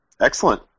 Excellent